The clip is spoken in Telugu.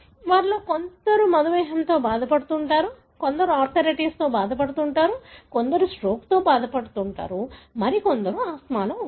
వారిలో కొందరు మధుమేహంతో బాధపడుతుంటారు వారిలో కొందరు ఆర్థరైటిస్తో బాధపడుతుంటారు వారిలో కొందరు స్ట్రోక్తో బాధపడుతుంటారు మరికొందరు ఆస్తమాలో ఉన్నారు